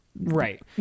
right